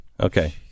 okay